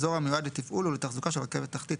אזור המיועד לתפעול ולתחזוקה של רכבת תחתית